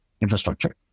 infrastructure